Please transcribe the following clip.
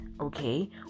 Okay